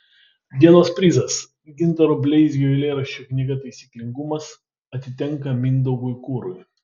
dienos prizas gintaro bleizgio eilėraščių knyga taisyklingumas atitenka mindaugui kurui